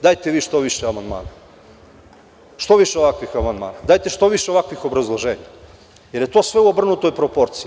Dajte vi što više amandmana, što više ovakvih amandmana, što više ovakvih obrazloženja, jer je to sve u obrnutoj proporciji.